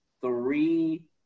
three –